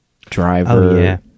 driver